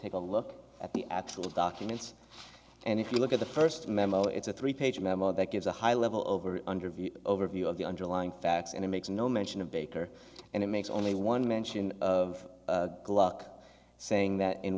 take a look at the actual documents and if you look at the first memo it's a three page memo that gives a high level over under the overview of the underlying facts and it makes no mention of baker and it makes only one mention of gluck saying that in